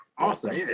Awesome